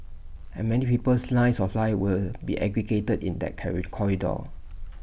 and many people's lines of life will be aggregated in that carry corridor